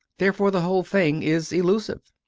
therefore the whole thing is illusive.